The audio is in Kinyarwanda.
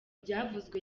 byavuzwe